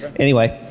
anyway.